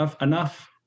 enough